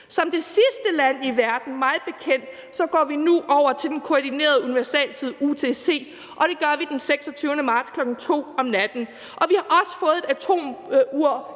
Som det sidste land i verden mig bekendt går vi nu over til den koordinerede universaltid, UTC, og det gør vi den 26. marts, kl. 2 om natten. Vi har også fået et atomur